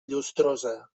llustrosa